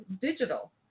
digital